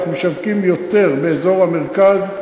אנחנו משווקים יותר באזור המרכז,